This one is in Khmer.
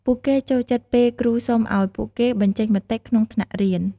ពួកគេចូលចិត្តពេលគ្រូសុំឱ្យពួកគេបញ្ចេញមតិក្នុងថ្នាក់រៀន។